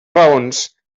raons